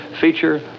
feature